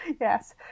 yes